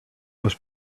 was